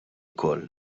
wkoll